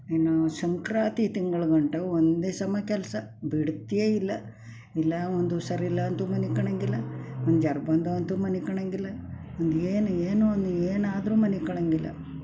ಇನ್ನು ಸಂಕ್ರಾತಿ ತಿಂಗ್ಳು ಗಂಟ ಒಂದೇ ಸಮ ಕೆಲಸ ಬಿಡ್ತಿಯೇ ಇಲ್ಲ ಇಲ್ಲ ಒಂದು ಹುಷಾರಿಲ್ಲ ಅಂತೂ ಮಲ್ಕೊಳ್ಳೋಂಗಿಲ್ಲ ಒಂದು ಜ್ವರ ಬಂದೋ ಅಂತೂ ಮಲ್ಕೊಳ್ಳೋಂಗಿಲ್ಲ ಒಂದು ಏನು ಏನು ಒಂದು ಏನಾದರೂ ಮಲ್ಕೊಳ್ಳೋಂಗಿಲ್ಲ